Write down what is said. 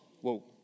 Whoa